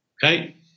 Okay